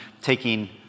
taking